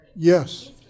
Yes